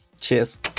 Cheers